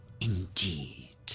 Indeed